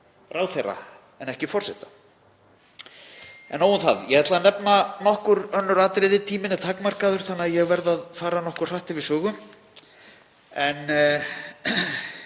ráðherra en ekki forseta. En nóg um það. Ég ætla að nefna nokkur önnur atriði. Tíminn er takmarkaður þannig að ég verð að fara nokkuð hratt yfir sögu. Bara